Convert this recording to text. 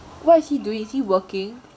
what is he doing is he working